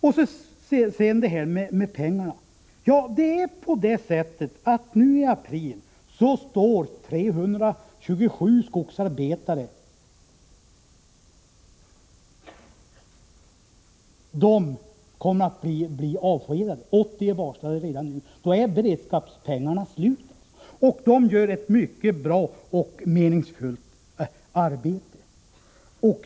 När det sedan gäller pengarna vill jag säga att nu i april kommer 327 skogsarbetare att bli avskedade. De är redan varslade. Beredskapspengarna är slut. Dessa skogsarbetare utför dock ett mycket bra och meningsfullt arbete.